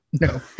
No